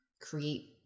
create